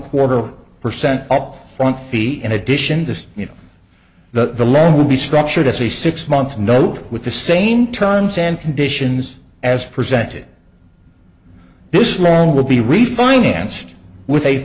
quarter percent up front fee in addition this you know that the loan will be structured as a six month note with the same terms and conditions as presented this man will be refinanced with a